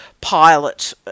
pilot